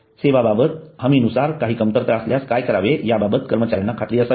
सेवेबाबत हमी नुसार काही कमतरता असल्यास काय करावे याबाबत कर्मचाऱ्यांना खात्री असावी